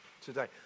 today